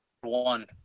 one